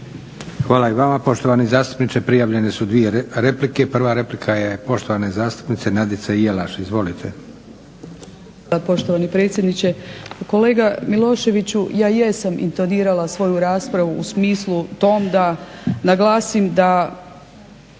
Hvala i vama poštovani zastupniče. Prijavljene su 2 replike. Prva replika je poštovane zastupnice Nadice Jelaš. Izvolite. **Jelaš, Nadica (SDP)** Poštovani predsjedniče. Kolega Miloševiću ja jesam intonirala svoju raspravu u smislu tom da naglasim da